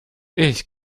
ich